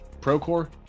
Procore